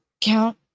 count